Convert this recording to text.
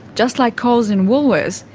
just like coles and woolworths,